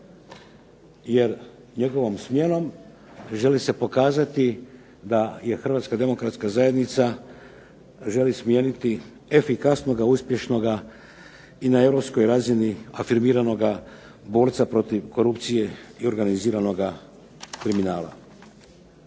jer njegovom smjenom želi se pokazati da je Hrvatska demokratska zajednica želi smijeniti efikasnoga, uspješnoga, i na europskoj razini afirmiranoga borca protiv korupcije i organiziranoga kriminala.